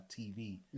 TV